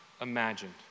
imagined